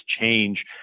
change